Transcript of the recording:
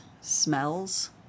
smells